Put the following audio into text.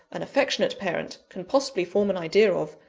an affectionate parent, can possibly form an idea of,